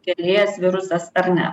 sukelėjes virusas ar ne